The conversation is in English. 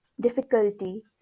difficulty